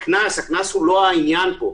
הקנס הוא לא העניין פה.